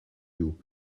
you